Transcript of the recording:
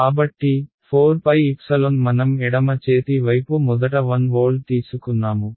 కాబట్టి 4π మనం ఎడమ చేతి వైపు మొదట 1 వోల్ట్ తీసుకున్నాము